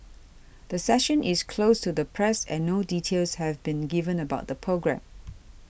the session is closed to the press and no details have been given about the programme